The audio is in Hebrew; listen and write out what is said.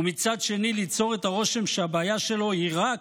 ומצד שני ליצור את הרושם שהבעיה שלו היא רק